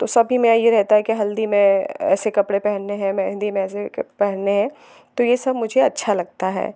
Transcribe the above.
तो सभी में ये रहता है कि हल्दी में ऐसे कपड़े पहनने हैं मेहंदी में ऐसे क पहनने हैं तो ये सब मुझे अच्छा लगता है